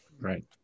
Right